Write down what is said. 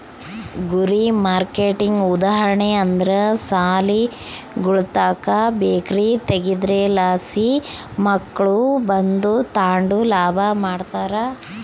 ಗುರಿ ಮಾರ್ಕೆಟ್ಗೆ ಉದಾಹರಣೆ ಅಂದ್ರ ಸಾಲಿಗುಳುತಾಕ ಬೇಕರಿ ತಗೇದ್ರಲಾಸಿ ಮಕ್ಳು ಬಂದು ತಾಂಡು ಲಾಭ ಮಾಡ್ತಾರ